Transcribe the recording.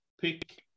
pick